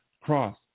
cross